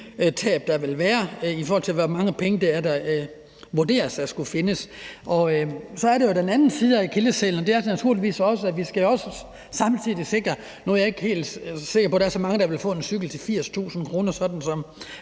der vil være, i forhold til hvor mange penge det vurderes at der skal findes. Så er der jo også den anden side af akilleshælen, og det er, at vi samtidig også skal sikre noget. Og nu er jeg er ikke helt så sikker på, at der er så mange, der vil få en cykel til 80.000 kr., sådan som